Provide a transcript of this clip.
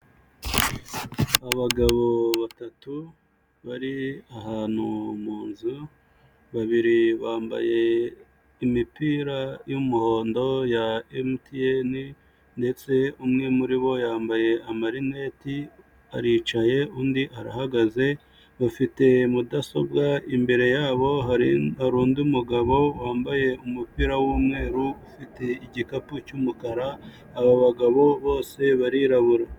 Abagabo batatu, bari ahantu mu nzu, babiri bambaye imipira y'umuhondo ya MTN, ndetse umwe muri bo yambaye amarineti, aricaye, undi arahagaze, bafite mudasobwa, imbere yabo hari hari undi mugabo wambaye umupira w'umweru, ufite igikapu cy'umukara, aba bagabo bose barirabura.